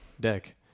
deck